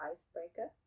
Icebreaker